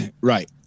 Right